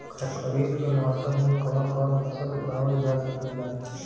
खरीफ के मौसम मे कवन कवन फसल उगावल जा सकेला?